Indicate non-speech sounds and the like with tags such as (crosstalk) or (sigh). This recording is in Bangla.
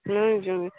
(unintelligible)